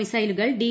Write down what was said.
മിസൈലുകൾ ഡി